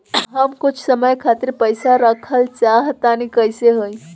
हम कुछ समय खातिर पईसा रखल चाह तानि कइसे होई?